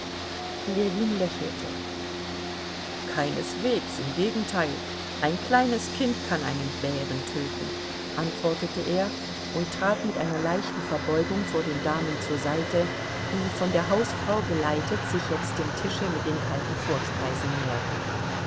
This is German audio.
ljewin lächelte keineswegs im gegenteil ein kleines kind kann einen bärentöten antwortete er und trat mit einer leichten verbeugung vor den damen zur seite die von der hausfrau geleitet sich jetzt dem tische mit den kalten vorspeisen näherten